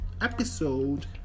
episode